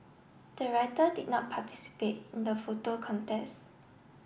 the writer did not participate in the photo contest